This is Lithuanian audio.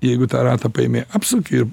jeigu tą ratą paėmei apsuki